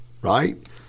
right